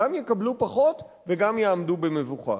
גם יקבלו פחות וגם יעמדו במבוכה.